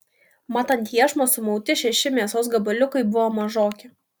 mat ant iešmo sumauti šeši mėsos gabaliukai buvo mažoki